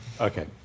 Okay